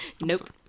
Nope